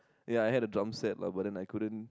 ya I like that drum set lah but then I couldn't